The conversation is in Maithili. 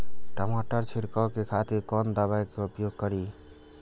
टमाटर छीरकाउ के खातिर कोन दवाई के उपयोग करी?